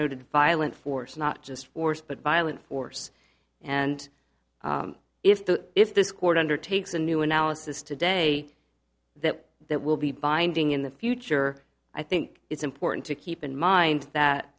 noted violent force not just force but violent force and if the if this court undertakes a new analysis today that that will be binding in the future i think it's important to keep in mind that